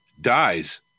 dies